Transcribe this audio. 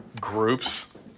groups